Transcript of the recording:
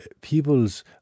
people's